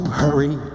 hurry